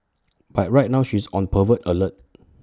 but right now she is on pervert alert